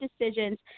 decisions